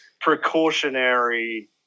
precautionary